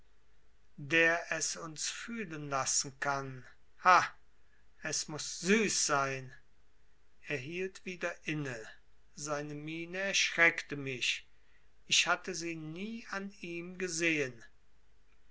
der es uns fühlen lassen kann ha es muß süß sein er hielt wieder inne seine miene erschreckte mich ich hatte sie nie an ihm gesehen